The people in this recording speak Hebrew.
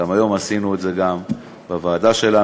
היום גם עשינו את זה בוועדה שלנו,